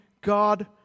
God